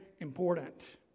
important